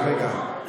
רק רגע,